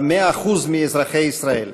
אחוז מאזרחי ישראל.